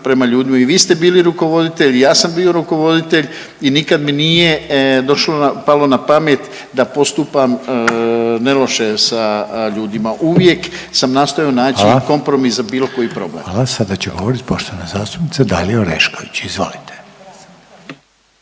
prema ljudima. I vi ste bili rukovoditelj i ja sam bio rukovoditelj i nikad mi nije došlo palo na pamet da postupam neloše sa ljudima. Uvijek sam nastojao naći …/Upadica Reiner: Hvala./… kompromis za bilo koji problem. **Reiner, Željko (HDZ)** Hvala. Sada će govoriti poštovana zastupnica Dalija Orešković. Izvolite.